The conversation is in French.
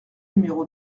numéro